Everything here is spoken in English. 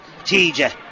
TJ